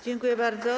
Dziękuję bardzo.